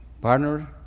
partner